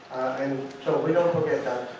and so we don't forget that.